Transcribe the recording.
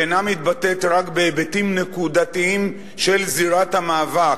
שאינה מתבטאת רק בהיבטים נקודתיים של זירת המאבק.